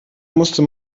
musste